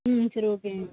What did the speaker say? ம் சரி ஓகே